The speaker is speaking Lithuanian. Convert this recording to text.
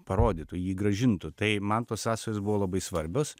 parodytų jį grąžintų tai man tos sąsajos buvo labai svarbios